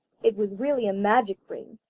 it was really a magic ring,